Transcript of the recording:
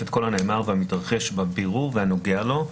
את כל הנאמר והמתרחש בבירור והנוגע לו,